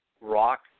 rock